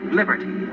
liberty